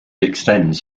extends